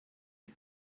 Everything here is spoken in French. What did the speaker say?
les